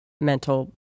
mental